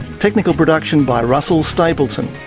technical production by russell stapleton,